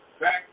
back